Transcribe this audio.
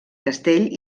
castell